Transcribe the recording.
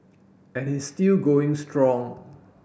and he is still going strong